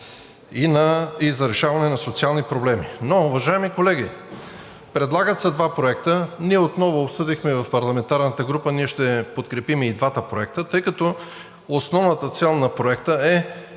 и за решаване на социални проблеми. Но, уважаеми колеги, предлагат се два проекта. Ние отново обсъдихме в парламентарната група – ще подкрепим и двата проекта, тъй като основната цел на проекта е